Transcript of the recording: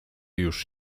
już